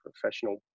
professional